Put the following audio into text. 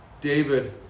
David